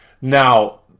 Now